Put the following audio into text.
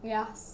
Yes